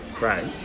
Right